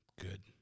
Good